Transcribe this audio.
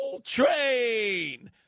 train